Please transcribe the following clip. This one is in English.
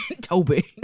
Toby